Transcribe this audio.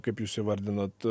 kaip jūs įvardinat